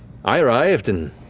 i arrived, and